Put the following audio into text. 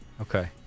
okay